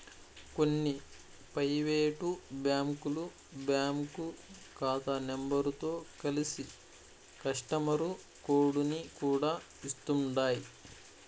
కొన్ని పైవేటు బ్యాంకులు బ్యాంకు కాతా నెంబరుతో కలిసి కస్టమరు కోడుని కూడా ఇస్తుండాయ్